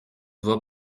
vas